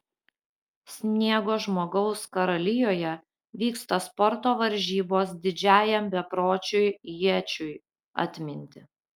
sniego žmogaus karalijoje vyksta sporto varžybos didžiajam bepročiui ječiui atminti